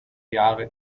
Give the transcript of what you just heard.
jahre